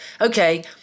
okay